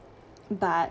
but